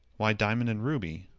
why diamond and ruby.